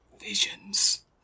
visions